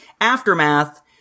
Aftermath